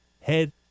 head